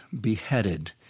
beheaded